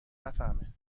نفهمه